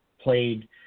played